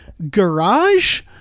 Garage